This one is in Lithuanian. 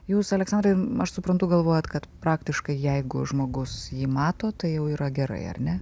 jūs aleksandrai aš suprantu galvojat kad praktiškai jeigu žmogus jį mato tai jau yra gerai ar ne